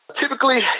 Typically